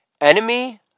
enemy